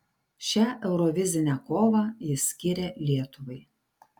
šią eurovizinę kovą jis skyrė lietuvai